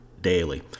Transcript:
daily